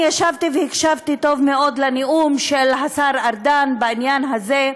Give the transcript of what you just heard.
אני ישבתי והקשבתי טוב מאוד לנאום של השר ארדן בעניין הזה,